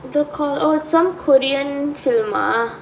the call oh some korean film ah